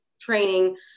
training